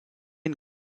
une